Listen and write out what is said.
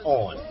on